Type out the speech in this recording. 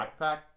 backpack